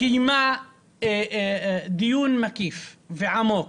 קיימה דיון מקיף ועמוק